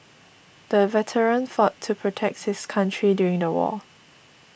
the veteran fought to protect his country during the war